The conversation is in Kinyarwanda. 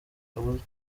kabuza